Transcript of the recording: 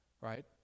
right